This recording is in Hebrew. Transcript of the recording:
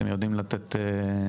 אתם יודעים לתת נתונים?